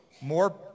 more